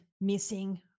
missing